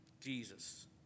Jesus